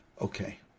Okay